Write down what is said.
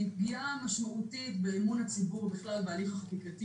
הוא פגיעה משמעותית באמון הציבור בהליך של החקיקה.